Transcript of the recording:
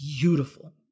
beautiful